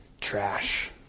trash